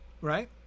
right